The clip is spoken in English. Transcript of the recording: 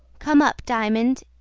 come up, diamond,